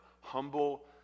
humble